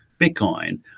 Bitcoin